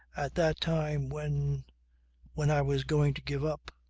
at that time when when i was going to give up.